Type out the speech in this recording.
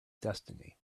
destiny